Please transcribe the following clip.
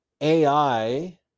AI